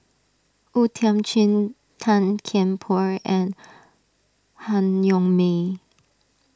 O Thiam Chin Tan Kian Por and Han Yong May